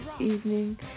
evening